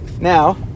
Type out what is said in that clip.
Now